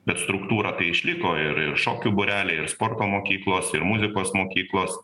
bet struktūra tai išliko ir ir šokių būreliai ir sporto mokyklos ir muzikos mokyklos